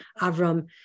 Avram